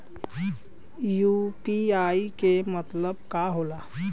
UPI के मतलब का होला?